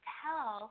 tell